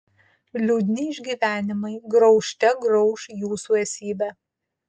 liūdni išgyvenimai graužte grauš jūsų esybę